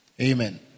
Amen